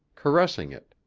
caressing it.